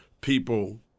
people